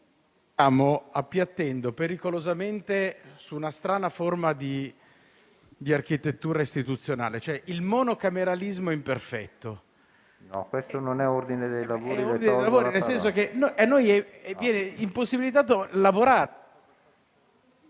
stiamo appiattendo pericolosamente su una strana forma di architettura istituzionale, cioè il monocameralismo imperfetto. PRESIDENTE. Non è un intervento